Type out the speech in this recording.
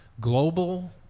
Global